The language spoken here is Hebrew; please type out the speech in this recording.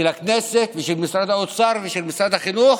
של הכנסת ושל משרד האוצר ושל משרד החינוך